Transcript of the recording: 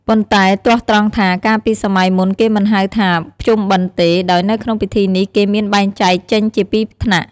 ប៉ុន្តែទាស់ត្រង់ថា កាលពីសម័យមុនគេមិនហៅថា បុណ្យភ្ជុំទេ ដោយនៅក្នុងពិធីនេះគេមានបែងចែកចេញជាពីរថ្នាក់។